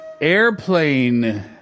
airplane